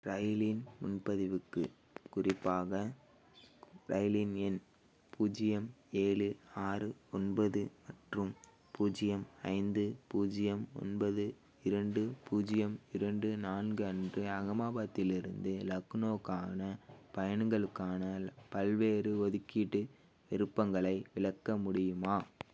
இரயிலின் முன்பதிவுக்குக் குறிப்பாக இரயிலின் எண் பூஜ்ஜியம் ஏழு ஆறு ஒன்பது மற்றும் பூஜ்ஜியம் ஐந்து பூஜ்ஜியம் ஒன்பது இரண்டு பூஜ்ஜியம் இரண்டு நான்கு அன்று அஹமாதாபாத்திலிருந்து லக்னோவுக்கான பயணங்களுக்கான பல்வேறு ஒதுக்கீட்டு விருப்பங்களை விளக்க முடியுமா